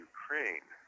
Ukraine